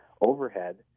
overhead